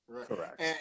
Correct